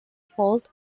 fault